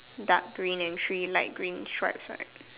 dark green and three light green stripes right